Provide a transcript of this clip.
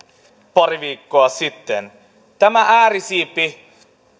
pari viikkoa sitten tämä äärisiipi